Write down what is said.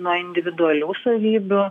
nuo individualių savybių